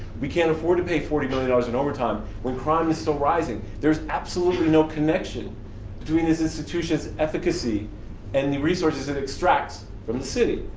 we can't afford to pay forty million dollars in overtime when crime is still rising. there's absolutely no connection between this institution's efficacy and the resources that it extracts from the city.